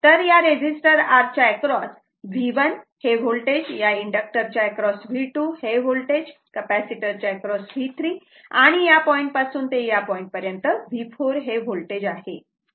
तर या resistor R च्या एक्रॉस V1 हे होल्टेज या इंडक्टरच्या एक्रॉस V2 हे होल्टेज कपॅसिटर च्या एक्रॉस V3 हे होल्टेज आणि या पॉईंटपासून ते या पॉईंट पर्यंत हेV4 हे होल्टेज आहे